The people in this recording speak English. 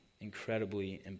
incredibly